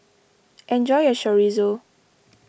enjoy your Chorizo